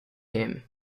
him